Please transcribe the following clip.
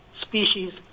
species